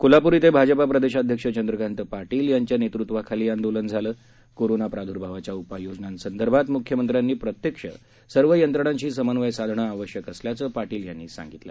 कोल्हापूर क्रि भाजपा प्रदेशाध्यक्ष चंद्रकांत पाटील यांच्या नेतृत्वाखाली आंदोलन झालं कोरोना प्रादूर्भावावरच्या उपाययोजनांसंदर्भात मुख्यमंत्र्यांनी प्रत्यक्ष सर्व यंत्रणांशी समन्वय साधणं आवश्यक असल्याचं पाटील यांनी सांगितलं